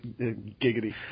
Giggity